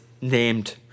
named